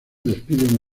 despiden